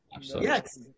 Yes